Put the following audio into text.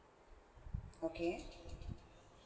okay